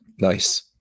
Nice